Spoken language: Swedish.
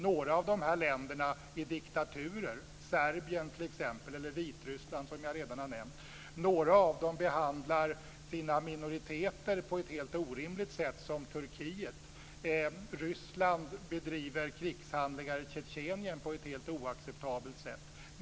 Många av dessa länder är diktaturer, t.ex. Serbien och Vitryssland, som jag redan har nämnt. Några länder behandlar sina minoriteter på ett helt orimligt sätt, som Turkiet. Ryssland begår krigshandlingar i Tjetjenien på ett helt oacceptabelt sätt.